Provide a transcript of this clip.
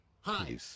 hi